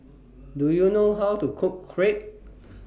Do YOU know How to Cook Crepe